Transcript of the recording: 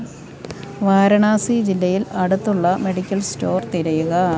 വാരണാസി ജില്ലയിൽ അടുത്തുള്ള medical store തിരയുക